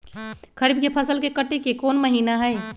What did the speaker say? खरीफ के फसल के कटे के कोंन महिना हई?